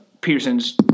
Peterson's